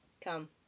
Come